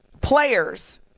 players